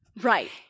right